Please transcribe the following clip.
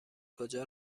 کجا